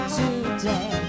today